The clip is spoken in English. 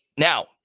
Now